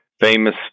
famous